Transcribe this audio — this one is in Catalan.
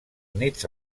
nits